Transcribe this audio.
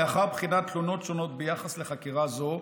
לאחר בחינת תלונות שונות ביחס לחקירה זו,